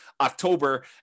October